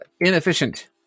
inefficient